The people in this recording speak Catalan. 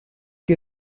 que